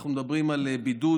אנחנו מדברים על בידוד,